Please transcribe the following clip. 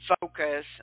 Focus